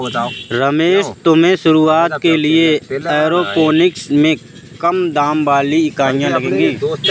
रमेश तुम्हें शुरुआत के लिए एरोपोनिक्स में कम दबाव वाली इकाइयां लगेगी